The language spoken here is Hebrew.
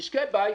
משקי בית,